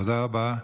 תודה רבה.